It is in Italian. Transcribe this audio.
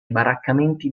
baraccamenti